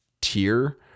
tier